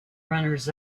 runners